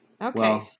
okay